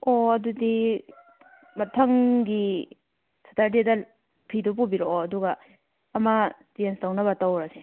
ꯑꯣ ꯑꯗꯨꯗꯤ ꯃꯊꯪꯒꯤ ꯁꯇꯔꯗꯦꯗ ꯐꯤꯗꯨ ꯄꯨꯕꯤꯔꯛ ꯑꯣ ꯑꯗꯨꯒ ꯑꯃ ꯆꯦꯟꯖ ꯇꯧꯅꯕ ꯇꯧꯔꯁꯤ